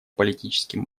политическим